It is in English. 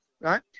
right